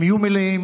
הם יהיו מלאים,